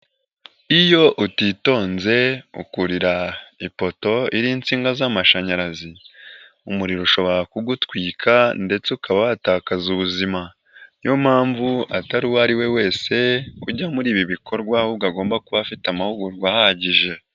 Iyo utitonze ukurira ipoto iriho insinga z'amashanyarazi umuriro ushobora kugutwika ndetse ukaba watakaza ubuzima, niyo mpamvu atari uwo ari we wese ujya muri ibi bikorwa ahubwo agomba kuba afite amahugurwa ahagije.